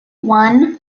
one